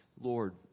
Lord